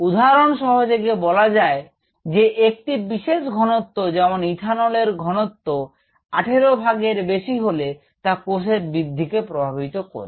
উদাহরণ সহযোগে বলা যায় যে একটি বিশেষ ঘনত্ব যেমন ইথানল এর ঘনত্ব 18 ভাগের বেশি হলে তা কোষের বৃদ্ধিকে প্রভাবিত করবে